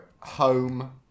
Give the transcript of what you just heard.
home